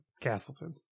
Castleton